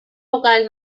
vocal